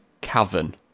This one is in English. cavern